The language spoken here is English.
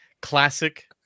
Classic